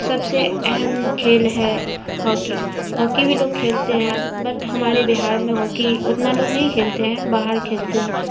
سب سے اہم کھیل ہے ہاکی ہاکی بھی لوگ کھیلتے ہیں بٹ ہمارے بہار میں ہاکی اتنا لوگ نہیں کھیلتے ہیں باہر کھیلتے ہیں